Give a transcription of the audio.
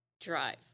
drive